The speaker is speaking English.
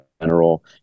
general